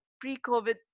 pre-COVID